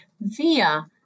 via